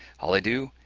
all i do,